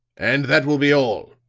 and that will be all